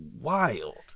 wild